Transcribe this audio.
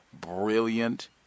brilliant